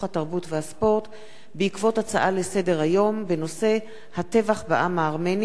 בעקבות הצעות לסדר-היום של חברי הכנסת זהבה